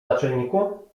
naczelniku